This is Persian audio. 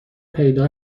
پیدا